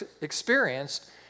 experienced